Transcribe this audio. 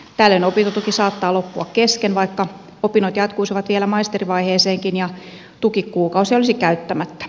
tällöin opintotuki saattaa loppua kesken vaikka opinnot jatkuisivat vielä maisterivaiheeseenkin ja tukikuukausia olisi käyttämättä